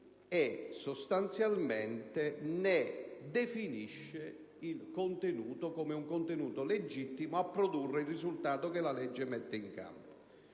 e sostanzialmente ne definisce il contenuto come legittimo a produrre il risultato che la legge mette in campo.